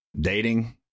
dating